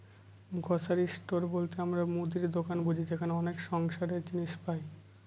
grocery store বলতে আমরা মুদির দোকান বুঝি যেখানে অনেক সংসারের জিনিস পাই